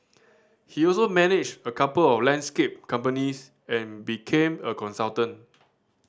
he also managed a couple of landscape companies and became a consultant